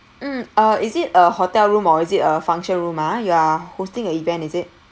mm uh is it a hotel room or is it a function room ah you are hosting a event is it